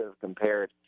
compared